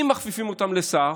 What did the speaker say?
אם מכפיפים אותן לשר,